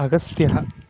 अगस्त्यः